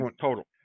total